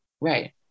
right